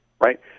right